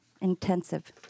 intensive